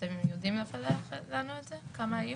אתם יודעים לפלח לנו כמה היו?